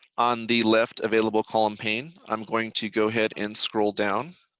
on the left available column page, i'm going to go ahead and scroll down